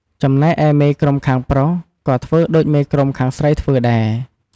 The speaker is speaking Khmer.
ចំណែកឯមេក្រុមខាងប្រុសក៏ធ្វើដូចមេក្រុមខាងស្រីធ្វើដែរ។